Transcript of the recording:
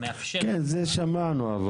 את זה שמענו.